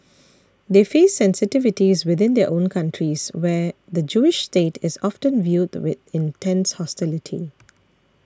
they face sensitivities within their own countries where the Jewish state is often viewed with intense hostility